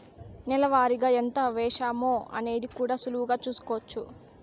నెల వారిగా ఎంత వేశామో అనేది కూడా సులువుగా చూస్కోచ్చు